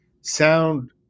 sound